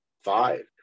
Five